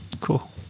Cool